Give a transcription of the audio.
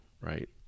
right